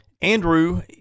Andrew